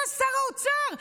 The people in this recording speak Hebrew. אתה שר האוצר.